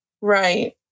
Right